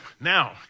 Now